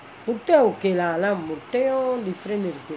முட்டே:muttae okay lah ஆனா முட்டையும்:aana muttaiyum different இருக்கு:irukku